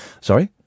Sorry